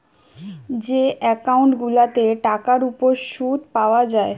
যে একউন্ট গুলাতে টাকার উপর শুদ পায়া যায়